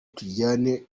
tujyane